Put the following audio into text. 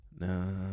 No